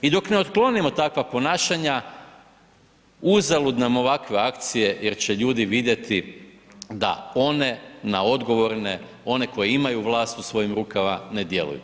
I dok ne otklonimo takva ponašanja, uzalud nam ovakve akcije jer će ljudi vidjeti da one na odgovorne, one koji imaju vlast u svojim rukama ne djeluju.